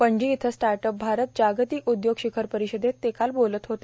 पणजी इथं स्टार्टअप भारत जागतिक उदयोग शिखर परिषदेत ते काल बोलत होते